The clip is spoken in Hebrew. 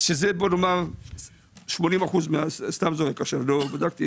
זה 80 אחוזים סתם זורק מספר, לא בדקתי